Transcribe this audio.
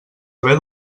haver